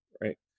Right